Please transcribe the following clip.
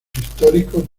históricos